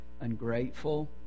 ungrateful